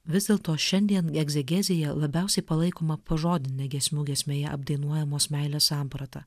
vis dėlto šiandien egzegezėje labiausiai palaikoma pažodinė giesmių giesmėje apdainuojamos meilės samprata